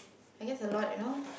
I guess a lot you know